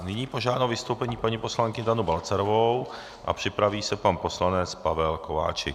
Nyní požádám o vystoupení paní poslankyni Danu Balcarovou a připraví se pan poslanec Pavel Kováčik.